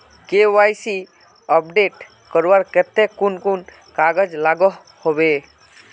KYC update करवार केते कुन कुन कागज लागोहो होबे?